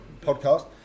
podcast